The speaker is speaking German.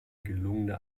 gelungene